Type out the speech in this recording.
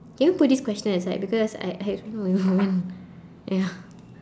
can you put this question aside because I I don't even ya